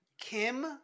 kim